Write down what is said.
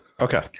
Okay